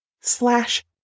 slash